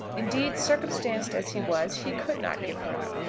indeed, circumstanced as he was, he could not give her up.